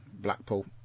Blackpool